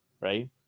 right